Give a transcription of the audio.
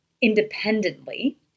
independently